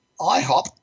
IHOP